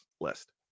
list